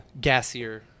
gassier